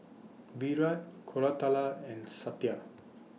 Virat Koratala and Satya